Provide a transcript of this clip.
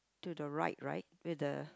to the right right with the